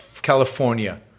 California